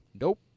Nope